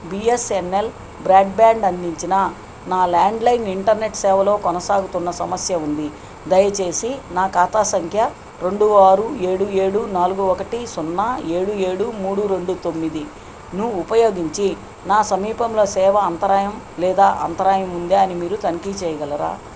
BSNL broadband అందించిన నా landline internet సేవలో కొనసాగుతున్న సమస్య ఉంది దయచేసి నా ఖాతా సంఖ్య రెండు ఆరు ఏడు ఏడు నాలుగు ఒకటి సున్నా ఏడు ఏడు మూడు రెండు తొమ్మిది ఉపయోగించి నా సమీపంలో సేవ అంతరాయం లేదా అంతరాయం ఉందా అని మీరు తనిఖీ చేయగలరా